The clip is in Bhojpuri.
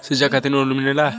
शिक्षा खातिन लोन मिलेला?